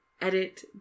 edit